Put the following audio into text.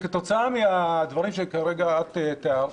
שכתוצאה מהדברים שכרגע את תיארת,